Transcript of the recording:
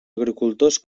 agricultors